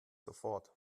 sofort